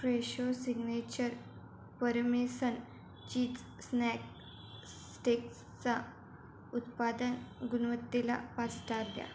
Fresho signature parmesan cheese snack स्टिक्सचा उत्पादन गुणवत्तेला पाच स्टार द्या